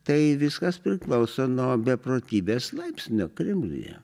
tai viskas priklauso nuo beprotybės laipsnio kremliuje